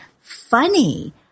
funny